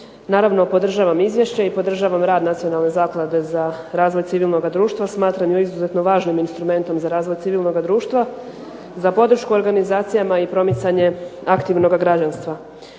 Naravno podržavam izvješće i podržavam rad Nacionalne zaklade za razvoj civilnoga društva. Smatram je izuzetno važnim instrumentom za razvoj civilnoga društva, za podršku organizacijama i promicanje aktivnoga građanstva.